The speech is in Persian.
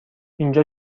اینجا